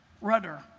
rudder